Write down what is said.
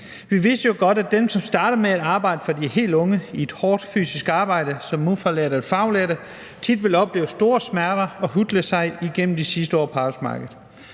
Vi vidste jo godt, at dem, som starter med at arbejde, fra de er helt unge, i et hårdt fysisk arbejde som ufaglærte eller faglærte, tit vil opleve store smerter og hutle sig igennem de sidste år på arbejdsmarkedet.